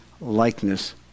likeness